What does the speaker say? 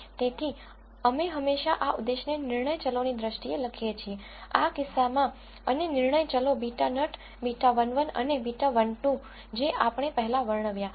તેથી અમે હંમેશાં આ ઉદ્દેશને નિર્ણય ચલો ની દ્રષ્ટિએ લખીએ છીએ આ કિસ્સામાં અને નિર્ણય ચલો β નટ β11 અને β12 જે આપણે પહેલાં વર્ણવ્યા